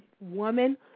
woman